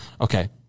Okay